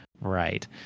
right